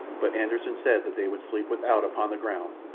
but anderssen said that they would sleep without upon the ground,